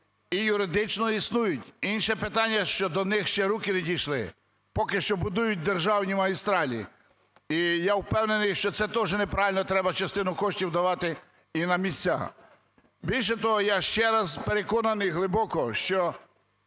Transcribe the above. і юридично існують. Інше питання, що до них ще руки не дійшли, поки що будують державні магістралі. І я впевнений, що це теж не правильно, треба частину коштів давати і на місця. Більше того, я ще раз переконаний глибоко, що